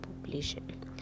population